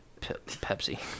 Pepsi